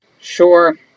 Sure